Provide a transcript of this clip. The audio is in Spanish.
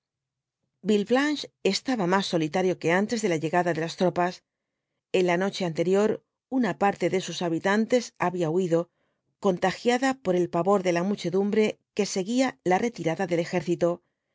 villeblanche estaba más solitario que antes de la llegada de las tropas en la noche anterior una parte de sus habitantes había huido contagiada por el pavor de la muchedumbre que seguía la retirada del ejército el alcalde y